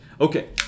Okay